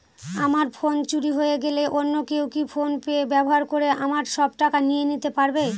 আমার ফোন চুরি হয়ে গেলে অন্য কেউ কি ফোন পে ব্যবহার করে আমার সব টাকা নিয়ে নিতে পারবে?